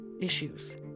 issues